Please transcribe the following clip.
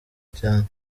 cyane